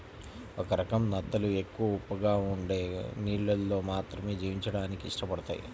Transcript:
ఒక రకం నత్తలు ఎక్కువ ఉప్పగా ఉండే నీళ్ళల్లో మాత్రమే జీవించడానికి ఇష్టపడతయ్